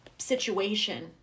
situation